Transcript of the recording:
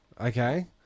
Okay